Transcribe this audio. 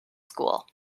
school